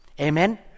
Amen